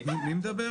חברים,